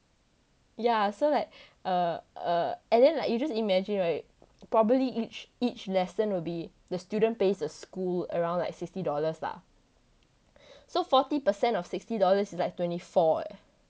ya so like err err and then like you just imagine right probably each each lesson will be the student pays the school around like sixty dollars lah so forty percent of sixty dollars is like twenty four eh